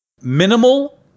Minimal